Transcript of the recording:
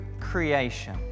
creation